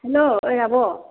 हेल' ओइ आब'